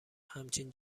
همچین